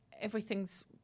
everything's